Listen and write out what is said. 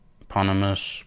eponymous